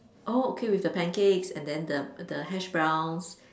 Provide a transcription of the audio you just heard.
oh okay with the pancakes and then the the hashbrowns